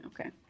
Okay